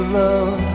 love